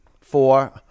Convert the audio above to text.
four